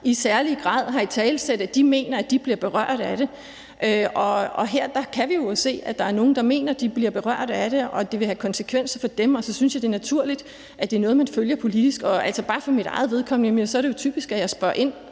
i særlig grad har italesat, at de mener, at de bliver berørt af det. Her kan vi jo se, at der er nogle, der mener, at de bliver berørt af det, og at det vil have konsekvenser for dem, og så synes jeg, det er naturligt, at det er noget, man følger politisk. Bare for mit eget vedkommende er det jo typisk, at jeg spørger ind